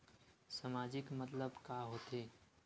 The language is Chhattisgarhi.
सामाजिक मतलब का होथे?